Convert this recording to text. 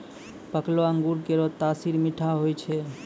पकलो अंगूर केरो तासीर मीठा होय छै